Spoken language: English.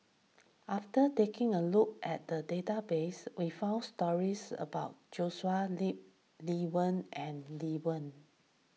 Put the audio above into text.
after taking a look at the database we found stories about Joshua Ip Lee Wen and Lee Wen